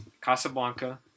Casablanca